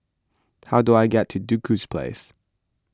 how do I get to Duku Place